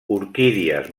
orquídies